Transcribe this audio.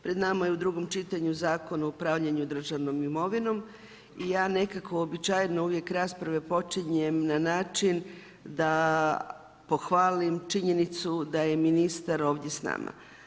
Pred nama je u drugom čitanju Zakon o upravljanju državnom imovinom i ja nekako uobičajeno uvijek rasprave počinjem na način da pohvalim činjenicu da je ministar ovdje s nama.